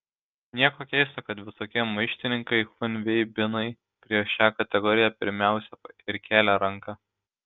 nieko keisto kad visokie maištininkai chunveibinai prieš šią kategoriją pirmiausia ir kelia ranką